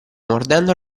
mordendo